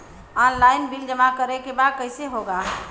Online bill जमा करे के बा कईसे होगा?